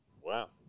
Wow